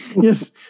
yes